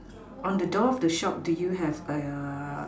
on the door of the shop do you have a